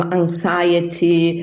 anxiety